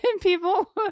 people